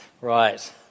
Right